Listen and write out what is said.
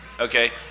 okay